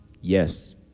Yes